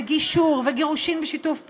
יש ויזת כניסה למדינה,